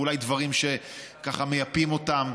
ואולי דברים שככה מייפים אותם,